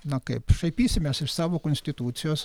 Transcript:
na kaip šaipysimės iš savo konstitucijos